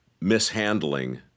mishandling